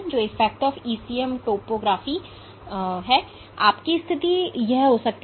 तो आप की स्थिति हो सकती है